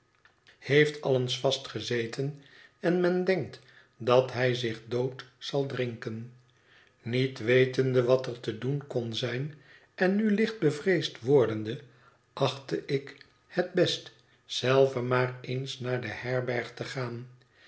heeft al eens vastgezeten en men denkt dat hij zich dood zal drinken niet wetende wat er te doen kon zijn en nu licht bevreesd wordende achtte ik het best zelve maar eens naar de herberg te gaan